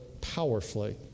powerfully